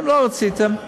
לא רציתם.